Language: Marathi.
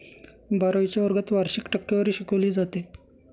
बारावीच्या वर्गात वार्षिक टक्केवारी शिकवली जाते